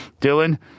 Dylan